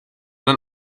dann